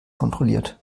kontrolliert